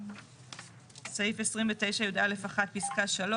סעיף 29יא1(3),